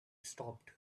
stopped